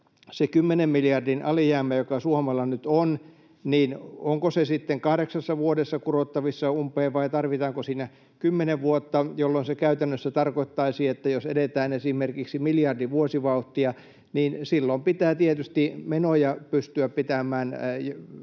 miljardin alijäämästä, joka Suomella nyt on, onko se sitten kahdeksassa vuodessa kurottavissa umpeen vai tarvitaanko siinä kymmenen vuotta, mutta se käytännössä tarkoittaisi, että jos edetään esimerkiksi miljardin vuosivauhtia, niin silloin pitää tietysti pystyä pitämään menojen